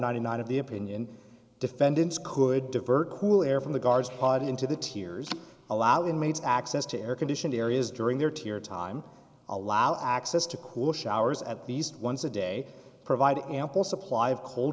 ninety nine of the opinion defendants could divert cool air from the guard's pod into the tiers allow inmates access to air conditioned areas during their tear time allowed access to cool showers at least once a day provided ample supply of cold